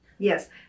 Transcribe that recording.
Yes